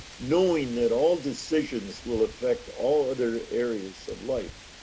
knowing that all decisions will affect all other areas of life.